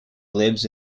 lives